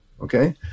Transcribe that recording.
Okay